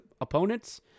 opponents